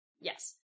Yes